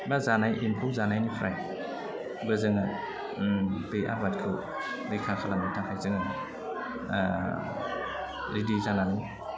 बा जानाय एम्फौ जानायनिफ्रायबो जोङो बे आबादखौ रैखा खालामनो थाखाय जोङो रेडि जानानै